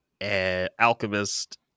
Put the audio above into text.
Alchemist